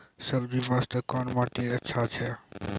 सब्जी बास्ते कोन माटी अचछा छै?